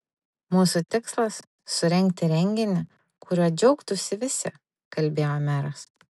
mūsų tikslas surengti renginį kuriuo džiaugtųsi visi kalbėjo meras